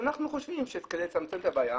אנחנו חושבים שכדי לצמצם את הבעיה,